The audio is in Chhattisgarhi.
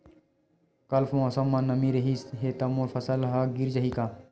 कल मौसम म नमी रहिस हे त मोर फसल ह गिर जाही का?